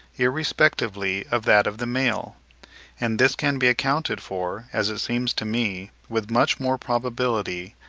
irrespectively of that of the male and this can be accounted for, as it seems to me, with much more probability,